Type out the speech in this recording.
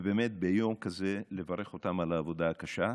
ובאמת ביום כזה לברך אותם על העבודה הקשה,